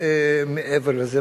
מעבר לזה.